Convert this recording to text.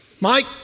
Mike